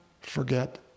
forget